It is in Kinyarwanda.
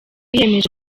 biyemeje